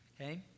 Okay